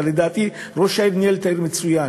אבל לדעתי ראש העיר ניהל את העיר מצוין.